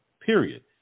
period